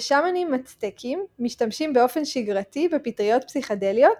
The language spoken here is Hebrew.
ושמאנים מצטקיים משתמשים באופן שגרתי בפטריות פסיכדליות